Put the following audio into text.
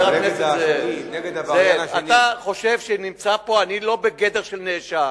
אתה חושב שאני נמצא פה, אני לא בגדר של נאשם.